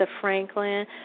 Franklin